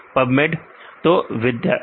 विद्यार्थी Pubmed Pubmed सही है